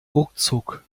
ruckzuck